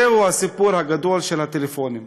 זה הסיפור הגדול של הטלפונים.